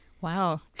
Wow